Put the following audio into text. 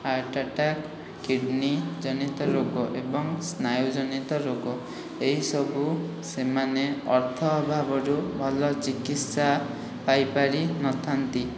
heart attack kidney ଜନିତ ରୋଗ ଏବଂ ସ୍ନାୟୁଜନିତ ରୋଗ ଏହିସବୁ ସେମାନେ ଅର୍ଥ ଅଭାବରୁ ଭଲ ଚିକିତ୍ସା ପାଇପାରିନଥାନ୍ତି